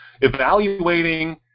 evaluating